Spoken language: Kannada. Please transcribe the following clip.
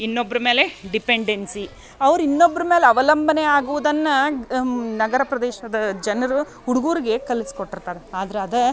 ಇನ್ನೊಬ್ರ ಮೇಲೆ ಡಿಪೆಂಡೆನ್ಸಿ ಅವ್ರು ಇನ್ನೊಬ್ರ ಮೇಲೆ ಅವಲಂಬನೆ ಆಗೋದನ್ನ ನಗರ ಪ್ರದೇಶದ ಜನರು ಹುಡ್ಗರ್ಗೆ ಕಲ್ಸ್ಕೊಟ್ಟಿರ್ತಾರ ಆದ್ರೆ ಅದೇ